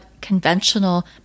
conventional